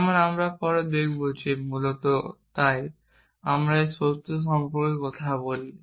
যেমন আমরা পরে দেখব মূলত তাই আমরা যখন সত্য সম্পর্কে কথা বলি